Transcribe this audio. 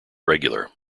regular